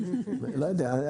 לא יודע.